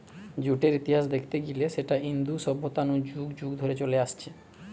জুটের ইতিহাস দেখতে গিলে সেটা ইন্দু সভ্যতা নু যুগ যুগ ধরে চলে আসছে